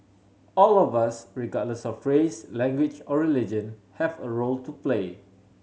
all of us regardless of race language or religion have a role to play